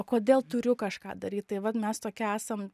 kodėl turiu kažką daryt tai vat mes tokie esam